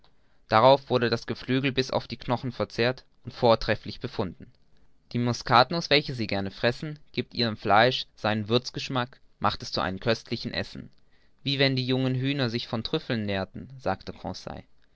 darauf wurde das geflügel bis auf die knochen verzehrt und vortrefflich befunden die muscatnuß welche sie gern fressen giebt ihrem fleisch einen seinen würzgeschmack macht es zu einem köstlichen essen wie wenn die jungen hühner sich von trüffeln nährten sagte